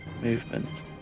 movement